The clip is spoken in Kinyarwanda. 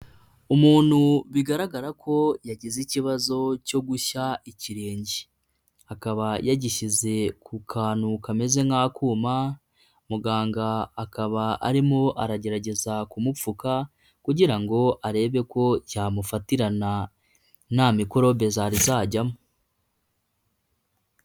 Umuntu bigaragara ko yagize ikibazo cyo gushya ikirenge, akaba yagishyize ku kantu kameze nk'akuma, muganga akaba arimo aragerageza kumupfuka, kugira ngo arebe ko yamufatirana nta mikorobe zari zajyamo.